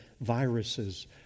viruses